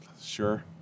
Sure